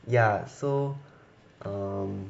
ya so um